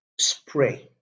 spray